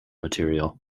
material